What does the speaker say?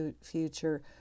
future